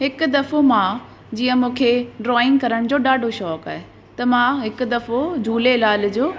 हिकु दफ़ो मां जीअं मूंखे ड्रॉइंग करण जो ॾाढो शौक़ु आहे त मां हिकु दफ़ो झूलेलाल जो